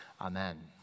Amen